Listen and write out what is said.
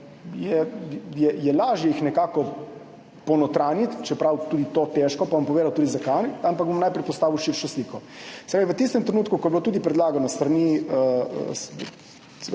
je lažje nekako ponotranjiti, čeprav je tudi to težko, pa bom povedal tudi zakaj, ampak bom najprej postavil širšo sliko. V tistem trenutku, ko je bilo tudi predlagano s strani